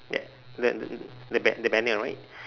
th~ th~ th~ th~ the banner right